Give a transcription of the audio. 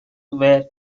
where